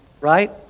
right